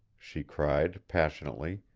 she cried, passionately.